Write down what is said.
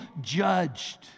judged